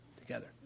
together